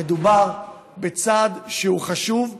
מדובר בצעד שהוא חשוב,